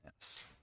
Yes